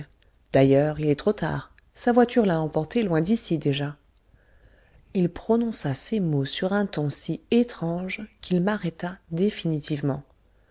d'ailleurs il est trop tard sa voiture l'a emporté loin d'ici déjà il prononça ces mots sur un ton si étrange qu'il m'arrêta définitivement